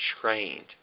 trained